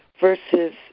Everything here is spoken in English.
versus